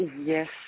Yes